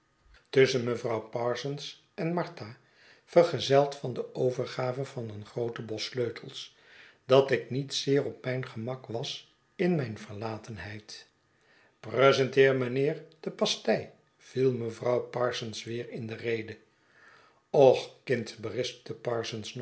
rouw parsons en martha vergezeld van de overgave van een grooten bos sleutels dat ik niet zeer op rmjn gemak was in mijn verlatenheid prezenteer mijnheer de pastei viel mevrouw parsons weer in de rede och kind berispte